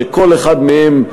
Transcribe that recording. שכל אחד מהם,